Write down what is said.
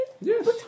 yes